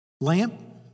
lamp